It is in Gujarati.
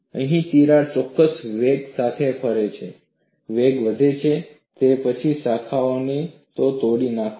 અહીં તિરાડ ચોક્કસ વેગ સાથે ફરે છે વેગ વધે છે તે પછી શાખાઓ તોડી નાખો